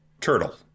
Turtle